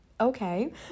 Okay